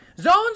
Zones